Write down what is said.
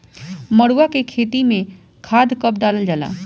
मरुआ के खेती में खाद कब डालल जाला?